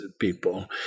people